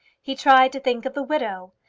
he tried to think of the widow,